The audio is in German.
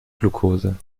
glukose